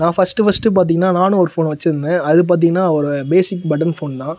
நான் first first பார்த்தீங்கன்னா நானும் ஒரு ஃபோன் வச்சிருந்தேன் அது பார்த்தீங்கன்னா ஒரு பேசிக் பட்டன் ஃபோன் தான்